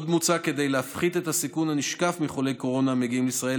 כדי להפחית את הסיכון הנשקף מחולי קורונה המגיעים לישראל,